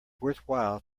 worthwhile